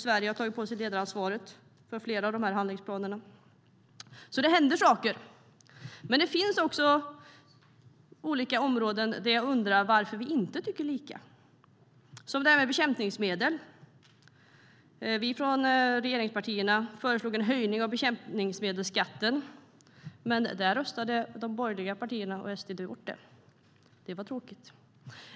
Sverige har tagit på sig ledaransvaret för flera av handlingsplanerna. Det händer alltså saker. Men det finns också olika områden där jag undrar varför vi inte tycker lika. Det gäller till exempel det här med bekämpningsmedel. Vi från regeringspartierna föreslog en höjning av bekämpningsmedelsskatten. Men det röstade de borgerliga partierna och SD bort. Det var tråkigt.